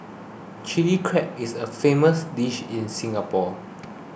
Chilli Crab is a famous dish in Singapore